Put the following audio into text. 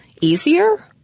easier